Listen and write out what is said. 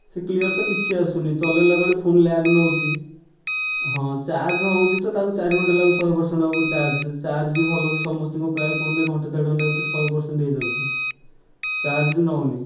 ସେ କ୍ଲିୟର୍ ତ କିଛି ଆସୁନି ଚଲାଇଲା ବେଳେ ବହୁତ ଲ୍ୟାଗ୍ ନେଉଛି ହଁ ଚାର୍ଜ୍ ହେଉଛିତ ତାକୁ ଚାରିଘଣ୍ଟା ଲାଗୁଛି ଶହେ ପର୍ସେଣ୍ଟ୍ ହେବାକୁ ଚାର୍ଜ୍ ଚାର୍ଜ୍ ବି ଭଲକି ସମସ୍ତିଙ୍କ ପ୍ରାୟ ଫୋନ୍ରେ ଘଣ୍ଟେ ଦେଢ଼ ଘଣ୍ଟା ଭିତେରେ ଶହେ ପର୍ସେଣ୍ଟ୍ ହୋଇଯାଉଛି ଚାର୍ଜ୍ ବି ନେଉନି